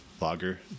lager